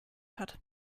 hat